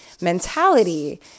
mentality